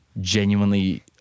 genuinely